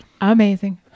amazing